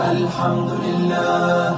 Alhamdulillah